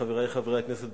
חברי חברי הכנסת,